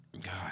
God